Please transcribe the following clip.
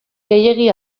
gehiegi